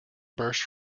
burst